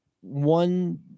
one